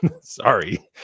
Sorry